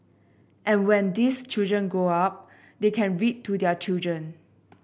and when these children grow up they can read to their children